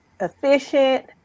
efficient